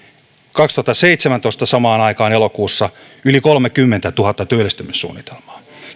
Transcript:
kaksituhattaseitsemäntoista samaan aikaan elokuussa yli kolmekymmentätuhatta työllistymissuunnitelmaa